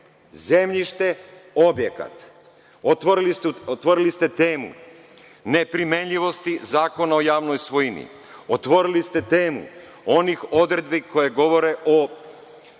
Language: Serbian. zemljište i objekat. Otvorili ste temu nepromenljivosti Zakona o javnoj svojini. Otvorili ste temu, onih odredbi koje govore o